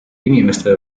inimestele